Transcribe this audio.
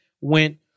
went